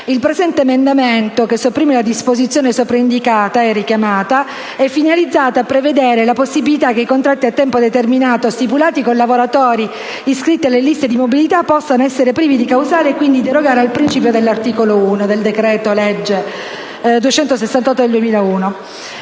Il presente emendamento che sopprime il numero 1), della lettera *d)* di tale comma è finalizzato a prevedere la possibilità che i contratti a tempo determinato stipulati con lavoratori iscritti alle liste di mobilità possano essere privi di causale e quindi derogare al principio di cui all'articolo 1 del decreto legislativo n. 368 del 2001.